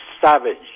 savage